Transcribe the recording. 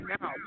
now